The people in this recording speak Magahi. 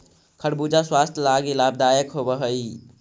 खरबूजा स्वास्थ्य लागी लाभदायक होब हई